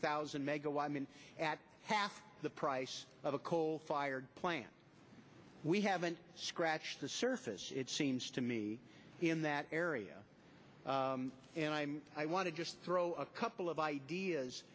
thousand megawatt at half the price of a coal fired plant we haven't scratched the surface it seems to me in that area and i want to just throw a couple of ideas